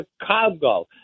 Chicago